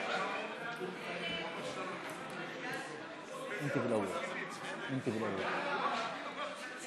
4) (סמכות בין-לאומית בתביעה